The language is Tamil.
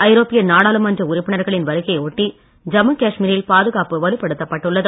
ஐரோப்பிய நாடாளுமன்ற உறுப்பினர்களின் வருகையை ஒட்டி ஜம்மு காஷ்மீரில் பாதுகாப்பு வலுப்படுத்தப்பட்டுள்ளது